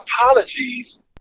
apologies